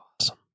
awesome